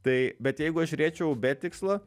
tai bet jeigu aš žiūrėčiau be tikslo